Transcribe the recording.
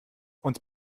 uns